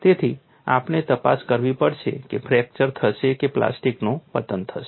તેથી આપણે તપાસ કરવી પડશે કે ફ્રેક્ચર થશે કે પ્લાસ્ટિકનું પતન થશે